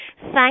Thank